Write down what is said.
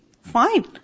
fine